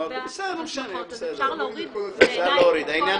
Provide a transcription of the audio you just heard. אז אפשר להוריד את כל התוספת.